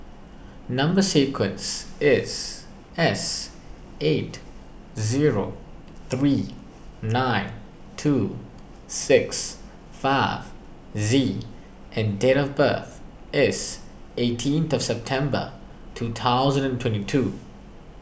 Number Sequence is S eight zero three nine two six five Z and date of birth is eighteenth September two thousand and twenty two